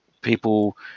people